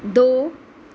ਦੋ